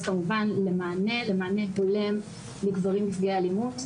כמובן למענה הולם לגברים נפגעי אלימות,